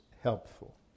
helpful